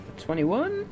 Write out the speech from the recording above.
Twenty-one